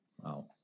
Wow